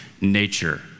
nature